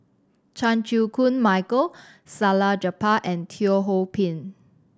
Chan Chew Koon Michael Salleh Japar and Teo Ho Pin